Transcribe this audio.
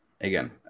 Again